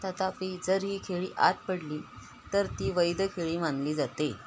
तथापि जर ही खेळी आत पडली तर ती वैध खेळी मानली जाते